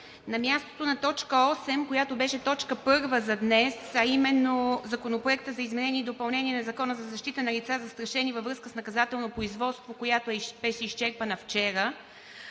на мястото на точка осем, която беше точка първа за днес, а именно Законопроектът за изменение и допълнение на Закона за защита на лица, застрашени във връзка с наказателно производство, която беше изчерпана вчера,